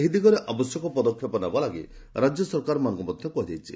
ଏହି ଦିଗରେ ଆବଶ୍ୟକ ପଦକ୍ଷେପ ନେବା ପାଇଁ ରାଜ୍ୟ ସରକାରମାନଙ୍କୁ ମଧ୍ୟ କୁହାଯାଇଛି